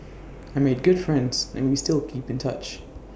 I made good friends and we still keep in touch